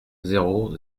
zéro